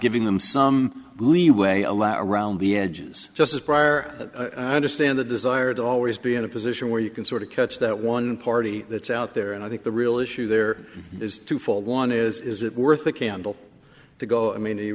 giving them some leeway allow around the edges just prior understand the desire to always be in a position where you can sort of catch that one party that's out there and i think the real issue there is twofold one is is it worth the candle to go i mean